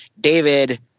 David